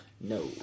No